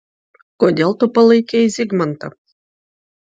kodėl tu palaikei zygmantą